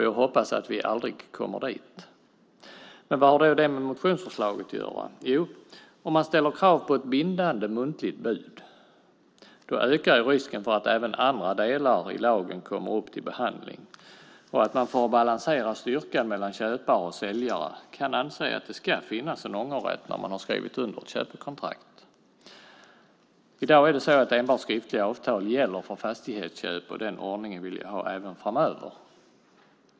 Jag hoppas att vi aldrig kommer dithän. Vad har då det med motionsförslaget att göra? Jo, om man ställer krav på ett bindande muntligt bud, ökar risken för att även andra delar i lagen kommer upp till behandling och att man för att balansera styrkan mellan köpare och säljare kan anse att det ska det finnas en ångerrätt när man har skrivit under köpekontraktet. I dag är det så att enbart skriftliga avtal gäller för fastighetsköp, och den ordningen vill jag ha även framöver.